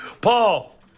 Paul